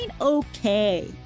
okay